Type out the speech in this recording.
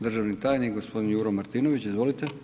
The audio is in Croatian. Državni tajnik gospodin Juro Martinović, izvolite.